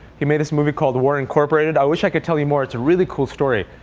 he made this movie called war, incorporated. i wish i could tell you more. it's a really cool story.